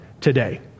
today